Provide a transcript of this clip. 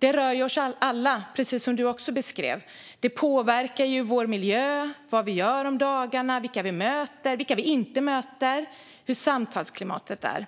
rör ju oss alla, precis som ledamoten också beskrev det. Det påverkar vår miljö, vad vi gör om dagarna, vilka vi möter, vilka vi inte möter och hur samtalsklimatet är.